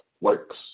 works